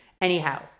Anyhow